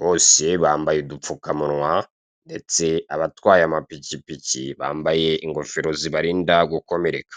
Bose bambaye udupfukamunwa, ndetse abatwaye amapikipiki bambaye ingofero zibarinda gukomereka.